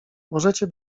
możecie